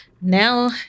Now